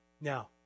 Now